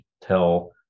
tell